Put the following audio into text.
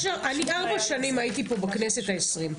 אני ארבע שנים הייתי פה בכנסת ה-20,